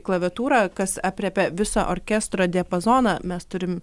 klaviatūrą kas aprėpia visą orkestro diapazoną mes turim